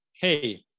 hey